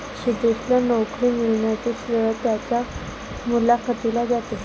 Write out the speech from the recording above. सुदेशला नोकरी मिळण्याचे श्रेय त्याच्या मुलाखतीला जाते